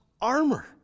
armor